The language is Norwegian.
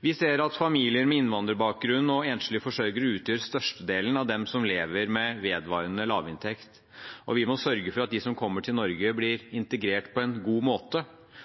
Vi ser at familier med innvandrerbakgrunn og enslige forsørgere utgjør størstedelen av dem som lever med vedvarende lavinntekt. Vi må sørge for at de som kommer til Norge, blir integrert på en god måte.